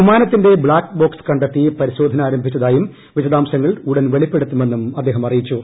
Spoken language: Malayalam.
വിമാനത്തിന്റെ ബ്ലാക് ബോക്സ് കണ്ടെത്തി പരിശോധന ആരംഭിച്ചതായും വിശദാംശങ്ങൾ ഉടൻ വെളിപ്പെടുത്തുമെന്നും അദ്ദേഹം അറിയിച്ചു